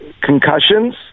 concussions